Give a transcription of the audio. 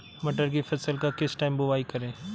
मटर की फसल का किस टाइम बुवाई करें?